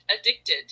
addicted